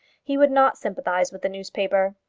he would not sympathise with the newspaper.